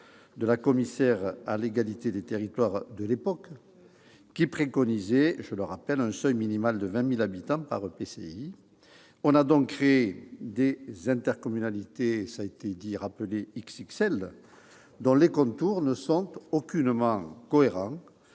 de la commissaire à l'égalité des territoires de l'époque, préconisant de retenir un seuil minimal de 20 000 habitants pour les EPCI. On a donc créé des intercommunalités « XXL », dont les contours ne sont aucunement cohérents